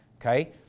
okay